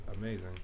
amazing